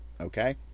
okay